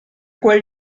quel